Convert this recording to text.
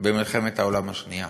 במלחמת העולם השנייה.